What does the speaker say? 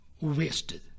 wasted